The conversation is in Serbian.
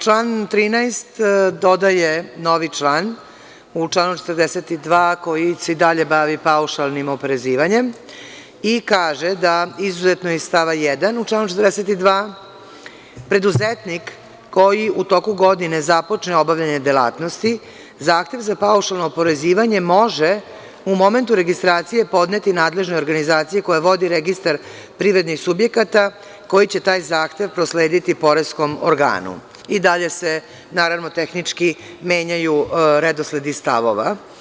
Član 13. dodaje novi član u članu 42. koji se i dalje bavi paušalnim oporezivanjem i kaže da izuzetno iz stava 1, u članu 42, preduzetnik koji u toku godine započne obavljanje delatnosti, zahtev za paušalno oporezivanje može u momentu registracije podneti nadležnoj organizaciji koja vodi registar privrednih subjekata, koji će taj zahtev proslediti poreskom organu, i dalje se, naravno, tehnički menjaju redosledi stavova.